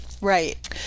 Right